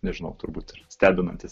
nežinau turbūt stebinantis